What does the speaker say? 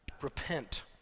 Repent